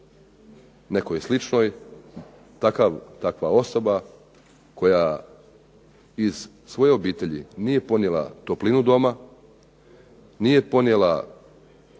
nekoj sličnoj takva osoba koja iz svoje obitelji nije ponijela toplinu doma, nije ponijela